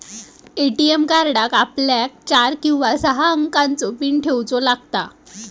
ATM कार्डाक आपल्याक चार किंवा सहा अंकाचो पीन ठेऊचो लागता